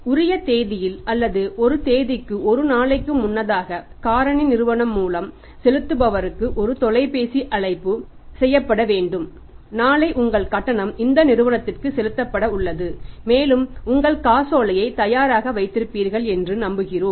உரிய தேதியில் அல்லது ஒரு தேதிக்கு ஒரு நாளைக்கு முன்னதாக காரணி நிறுவனம் மூலம் பணம் செலுத்துபவருக்கு ஒரு தொலைபேசி அழைப்பு செய்யப்பட வேண்டும் நாளை உங்கள் கட்டணம் இந்த நிறுவனத்திற்கு செலுத்தப்பட உள்ளது மேலும் உங்கள்காசோலையை தயாராக வைத்திருப்பீர்கள் என்று நம்புகிறோம்